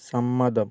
സമ്മതം